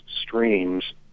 Streams